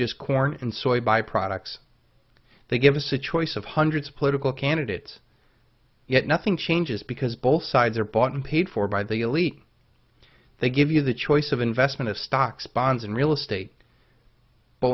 just corn and soy by products they give us a choice of hundreds of political candidates yet nothing changes because both sides are bought and paid for by the elite they give you the choice of investment of stocks bonds and real estate but